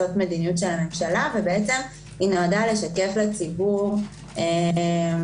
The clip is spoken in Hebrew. זו מדיניות של הממשלה והיא נועדה לשקף לציבור ולכולם,